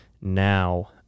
now